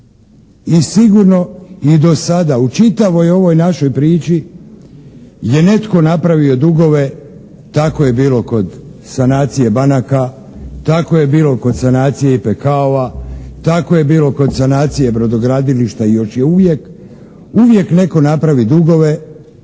I sigurno i do sada u čitavoj ovoj našoj priči je netko napravio dugove, tako je bilo kod sanacije banaka, tako je bilo kod sanacije IPK-ova, tako je bilo kod sanacije brodogradilišta i još je uvijek, uvijek netko napravi dugove,